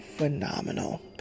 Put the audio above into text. phenomenal